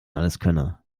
alleskönner